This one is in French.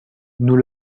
nous